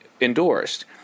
endorsed